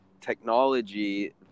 technology